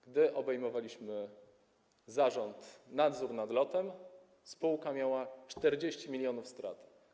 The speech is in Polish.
Gdy obejmowaliśmy zarząd, nadzór na LOT-em, spółka miała 40 mln straty.